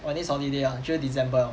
oh next holiday ah 就是 december liao